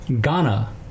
Ghana